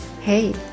Hey